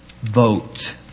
vote